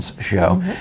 show